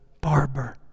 barber